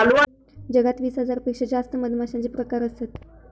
जगात वीस हजार पेक्षा जास्त मधमाश्यांचे प्रकार असत